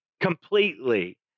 completely